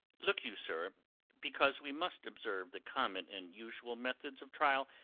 look you, sir because we must observe the common and usual methods of trial,